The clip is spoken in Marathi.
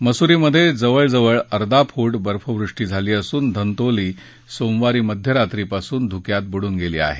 मसुरीमध्ये जवळजवळ अर्धा फूट बर्फवृष्टी झाली असून धंतौली सोमवारी मध्यरात्रीपासून धुक्यात बुडून गेली आहे